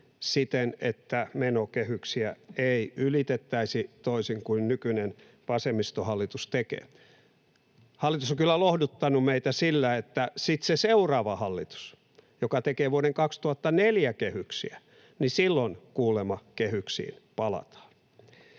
siten, että menokehyksiä ei ylitettäisi, toisin kuin nykyinen vasemmistohallitus tekee. Hallitus on kyllä lohduttanut meitä sillä, että sitten kun on se seuraava hallitus, joka tekee vuoden 2024 kehyksiä, niin silloin kuulemma kehyksiin palataan.